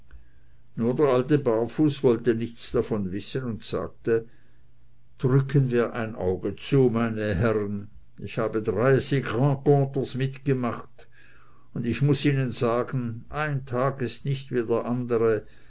nur der alte barfus wollte nichts davon wissen und sagte drücken wir ein auge zu meine herren ich habe dreißig rencontres mitgemacht und ich muß ihnen sagen ein tag ist nicht wie der andere